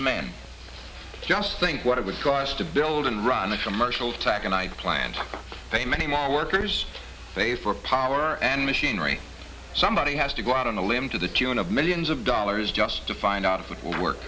of man just think what it would cost to build and run a commercial taconite plant they many more workers pay for power and machinery somebody has to go out on the limb to the tune of millions of dollars just to find out what will work